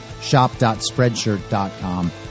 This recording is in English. shop.spreadshirt.com